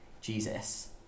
Jesus